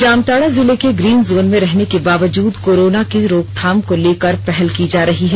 जामताड़ा जिले के green zone में रहने के बाबजूद कोरोना की रोकथाम को लेकर पहल की जा रही है